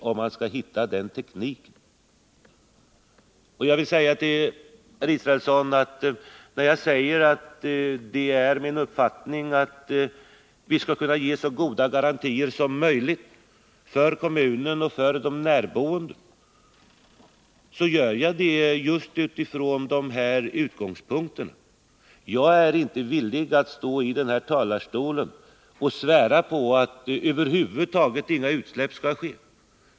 Jag vill påpeka för Per Israelsson att när jag säger att det är min uppfattning att vi skall ge så goda garantier som möjligt för kommunen och för de närboende, så gör jag det just från de här utgångspunkterna. Jag är inte villig att stå i denna talarstol och svära på att över huvud taget inga utsläpp skall ske.